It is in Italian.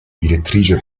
direttrice